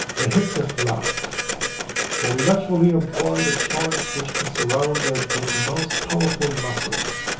the hip is large for we naturally employ the joint which is surrounded with the most powerful muscles,